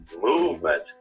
movement